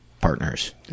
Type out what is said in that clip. partners